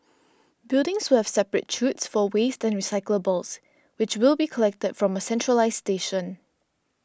buildings will have separate chutes for waste and recyclables which will be collected from a centralised station